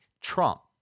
Trump